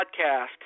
podcast